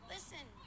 Listen